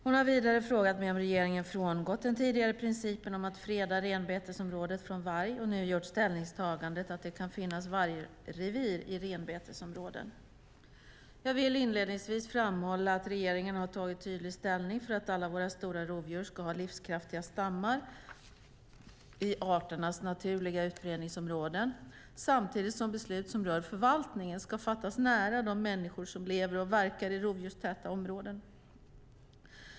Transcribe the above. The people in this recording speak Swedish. Hon har vidare frågat mig om regeringen frångått den tidigare principen om att freda renbetesområdet från varg och nu gjort ställningstagandet att det kan finnas vargrevir i renbetesområden. Jag vill inledningsvis framhålla att regeringen har tagit tydlig ställning för att alla våra stora rovdjur ska ha livskraftiga stammar i arternas naturliga utbredningsområden, samtidigt som beslut som rör förvaltningen ska fattas nära de människor som lever och verkar i rovdjurstäta områden.